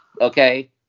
Okay